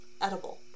edible